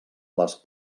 les